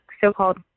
so-called